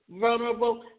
vulnerable